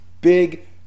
big